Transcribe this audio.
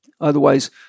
otherwise